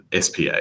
SPA